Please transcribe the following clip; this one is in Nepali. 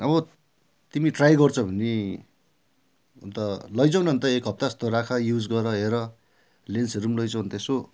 अब तिमी ट्राई गर्छौ भने अन्त लैजाउ न अन्त एक हप्ता जस्तो राख युज गर हेर लेन्सहरू लैजाउ अन्त यसो